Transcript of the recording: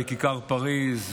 בכיכר פריז,